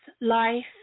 life